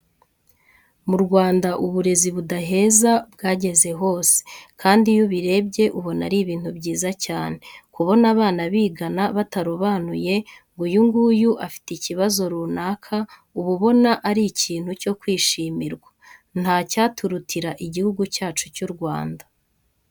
Mu Rwanda uburezi budaheza bwageze hose kandi iyo ubirebye ubona ari ibintu byiza cyane. Kubona abana bigana batarobanuye ngo uyu nguyu afite ikibazo runaka, uba ubona ari ikintu cyo kwishimirwa. Ntacyaturutira Igihugu cyacu cy'u Rwanda.